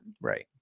right